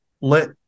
Let